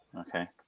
Okay